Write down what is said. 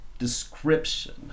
description